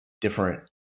different